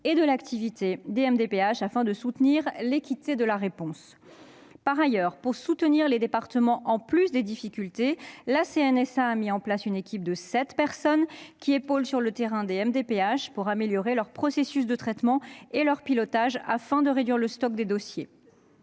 et de l'activité des MDPH afin de soutenir l'équité de la réponse. Par ailleurs, pour soutenir les départements, la CNSA a mis en place une équipe de sept personnes afin d'épauler les MDPH sur le terrain et améliorer leur processus de traitement et leur pilotage. Il s'agit de réduire le stock des dossiers.